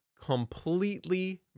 completely